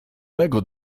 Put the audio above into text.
mego